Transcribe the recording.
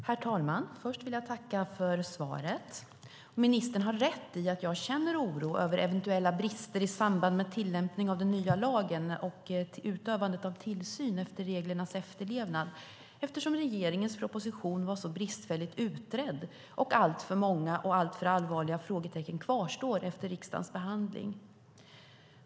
Herr talman! Först vill jag tacka för svaret. Ministern har rätt i att jag känner oro över "eventuella brister i samband med tillämpning av den nya lagen samt utövandet av tillsyn över reglernas efterlevnad", eftersom regeringens proposition var så bristfälligt utredd. Alltför många och alltför allvarliga frågetecken kvarstår efter riksdagens behandling.